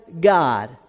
God